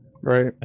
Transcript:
Right